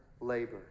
labor